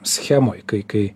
schemoj kai kai